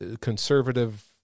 conservative